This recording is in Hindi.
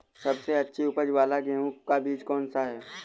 सबसे अच्छी उपज वाला गेहूँ का बीज कौन सा है?